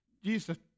Jesus